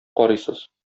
карыйсыз